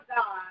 God